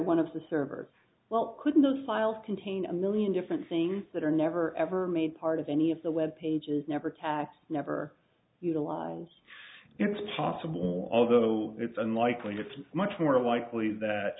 of the servers well couldn't those files contain a million different things that are never ever made part of any of the web pages never test never utilize it's possible although it's unlikely it's much more likely that